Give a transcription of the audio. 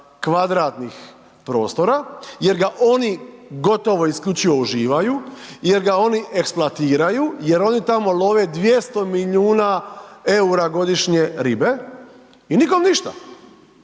km2 prostora jer ga oni gotovo isključivo uživaju, jer ga oni eksploatiraju, jer oni tamo love 200 milijuna EUR-a godišnje ribe i nikom ništa,